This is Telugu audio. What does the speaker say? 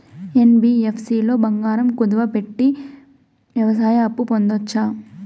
యన్.బి.యఫ్.సి లో బంగారం కుదువు పెట్టి వ్యవసాయ అప్పు పొందొచ్చా?